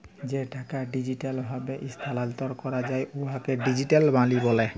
যে টাকা ডিজিটাল ভাবে ইস্থালাল্তর ক্যরা যায় উয়াকে ডিজিটাল মালি ব্যলে